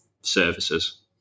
services